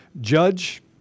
Judge